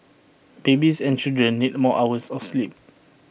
babies and children need more hours of sleep